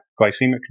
glycemic